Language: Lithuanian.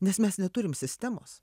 nes mes neturim sistemos